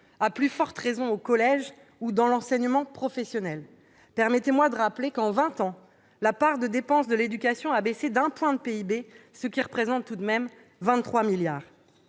à plus forte raison au collège ou dans l'enseignement professionnel. Permettez-moi de rappeler que, en vingt ans, la part des dépenses d'éducation a baissé de 1 point de PIB, ce qui représente tout de même 23 milliards